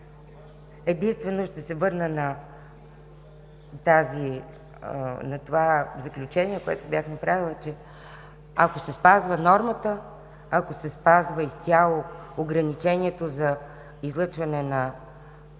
Единствено ще се върна на заключението, което бях направила, че ако се спазва нормата, ако се спазва изцяло ограничението за излъчване на